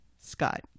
Scott